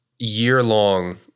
year-long